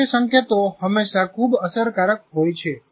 દ્રશ્ય સંકેતો હંમેશા ખૂબ અસરકારક હોય છે